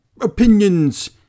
opinions